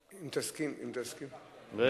אם תסכים, אם תסכים, אני לא הספקתי.